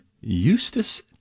Eustace